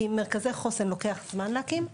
כי מרכזי חוסן לוקח זמן להקים,